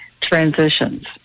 Transitions